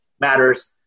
matters